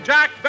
Jack